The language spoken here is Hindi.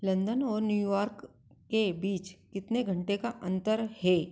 लंदन और न्यू यॉर्क के बीच कितने घंटे का अंतर है